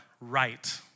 right